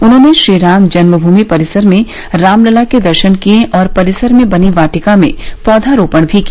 उन्होंने श्री राम जन्मभूमि परिसर में रामलला के दर्शन किये और परिसर में बनी वाटिका में पौधरोपण भी किया